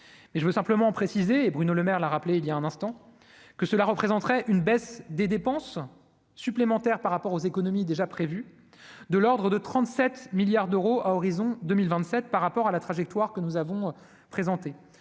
je veux simplement préciser et Bruno Lemaire l'a rappelé il y a un instant, que cela représenterait une baisse des dépenses supplémentaires par rapport aux économies déjà prévues, de l'Ordre de 37 milliards d'euros à horizon 2027 par rapport à la trajectoire que nous avons présenté